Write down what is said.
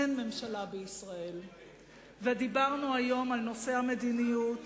אין ממשלה בישראל ודיברנו היום על נושא המדיניות